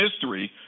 history